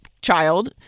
child